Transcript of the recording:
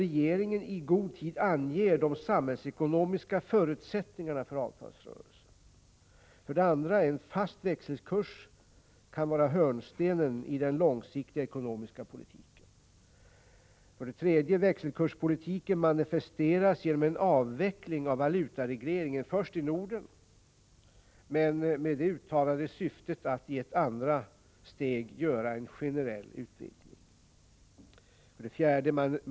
Regeringen anger i god tid de samhällsekonomiska förutsättningarna för avtalsrörelsen. 2. En fast växelkurs kan vara hörnstenen i den långsiktiga ekonomiska politiken. 3. Växelkurspolitiken manifesteras genom en avveckling av valutaregleringen — först i Norden, men med det uttalade syftet att i ett andra steg göra en generell utvidgning. 4.